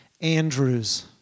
Andrews